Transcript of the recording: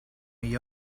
gli